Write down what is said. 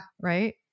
Right